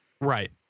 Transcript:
right